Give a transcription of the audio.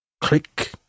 Click